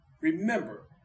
Remember